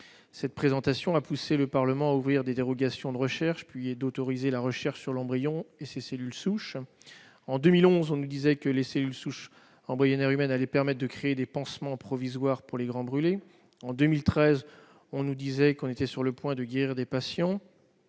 Ces déclarations ont poussé le Parlement à consentir des dérogations, puis à autoriser les recherches sur l'embryon et les cellules souches. En 2011, on nous disait que les cellules souches embryonnaires humaines permettraient de créer des pansements provisoires pour les grands brûlés. En 2013, on nous disait que l'on était sur le point de guérir les patients